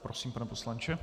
Prosím, pane poslanče.